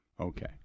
Okay